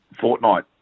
fortnight